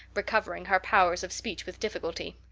recovering her powers of speech with difficulty.